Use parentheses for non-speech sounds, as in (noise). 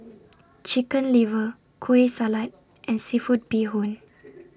Chicken Liver Kueh Salat and Seafood Bee Hoon (noise)